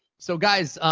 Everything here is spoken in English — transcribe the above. so, guys,